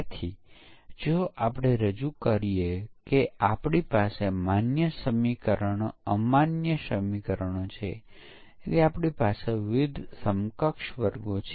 પરંતુ પછી તે ભૂલો તો નિશ્ચિત છે જ અને નવો વિકાસ થાય છે તેમ આપણી પાસે વિવિધ પ્રકારની બીજી ભૂલો આવી છે